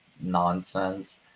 nonsense